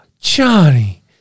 Johnny